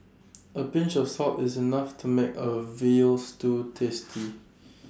A pinch of salt is enough to make A Veal Stew tasty